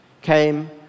came